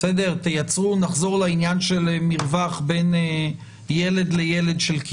נחזור למרווח של כיסא בין ילד לילד.